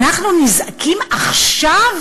אנחנו נזעקים עכשיו